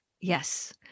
Yes